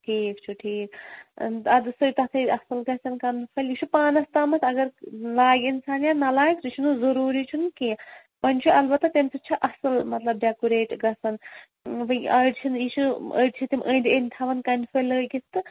ٹھیٖک چھُ ٹھیٖک اَدٕ سُے تَتھَے اَصٕل گژھان کَنہٕ پھٔلۍ یہِ چھُ پانَس تامَتھ اگر لاگہِ اِنسان یا نَہ لاگہِ سُہ چھُنہٕ ضُروٗری چھُنہٕ کیٚنٛہہ وَنہِ چھُ البتہ تَمہِ سۭتۍ چھُ اَصٕل مطلب ڈٮ۪کُریٹ گَژھان أڑۍ چھِنہٕ یہِ چھِ أڑۍ چھِ تِم أنٛدۍ أنٛدۍ تھاوان کَنہِ پھٔلۍ لٲگِتھ تہٕ